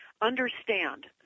Understand